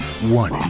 one